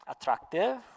attractive